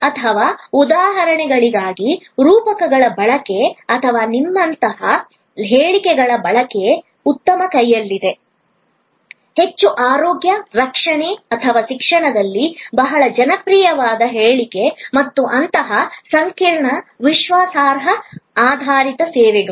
ಅಥವಾ ಉದಾಹರಣೆಗಳಿಗಾಗಿ ರೂಪಕಗಳ ಬಳಕೆ ಅಥವಾ ನಿಮ್ಮಂತಹ ಹೇಳಿಕೆಗಳ ಬಳಕೆ ಉತ್ತಮ ಕೈಯಲ್ಲಿದೆ ಹೆಚ್ಚಿನ ಆರೋಗ್ಯ ರಕ್ಷಣೆ ಅಥವಾ ಶಿಕ್ಷಣದಲ್ಲಿ ಬಹಳ ಜನಪ್ರಿಯವಾದ ಹೇಳಿಕೆ ಮತ್ತು ಅಂತಹ ಸಂಕೀರ್ಣ ವಿಶ್ವಾಸಾರ್ಹ ಆಧಾರಿತ ಸೇವೆಗಳು